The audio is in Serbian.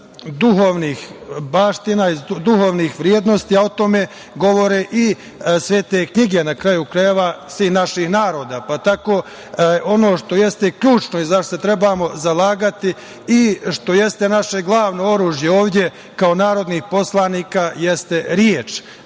duhovnih baština, iz duhovnih vrednosti, a tome govore i svete knjige, na kraju krajeva, svih naših naroda. Tako, ono što jeste ključno i zašta se trebamo zalagati i što jeste našte glavno oružje ovde kao narodnih poslanika jeste reč,